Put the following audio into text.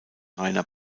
rainer